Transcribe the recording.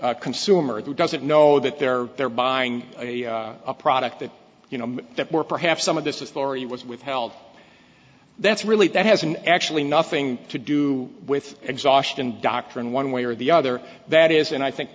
unwitting consumer who doesn't know that they're they're buying a product that you know that were perhaps some of this is lorie was withheld that's really that has an actually nothing to do with exhaustion doctrine one way or the other that is and i think